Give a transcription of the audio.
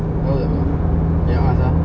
tahu takpe eh a'ah sia